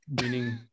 meaning